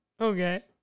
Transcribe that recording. Okay